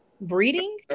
Breeding